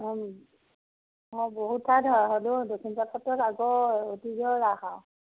অঁ অঁ বহুত ঠাইত হয় হ'লেও দক্ষিণপাট সত্ৰত আগৰ অতীজৰ ৰাস আৰু